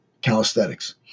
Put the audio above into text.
calisthenics